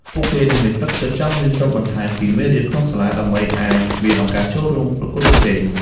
ពួកគេនឹងមានទឹកចិត្តចង់រៀនសូត្របន្ថែមពីមេរៀនក្នុងសាលា ដើម្បីអាចមានឱកាសចូលរួមប្រកួតប្រជែង។